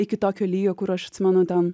iki tokio lygio kur aš atsimenu ten